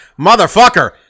Motherfucker